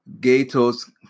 Gatos